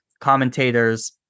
commentators